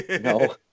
no